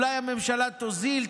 אולי הממשלה תוזיל,